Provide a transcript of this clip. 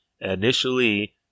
initially